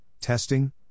testing